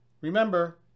Remember